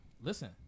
Listen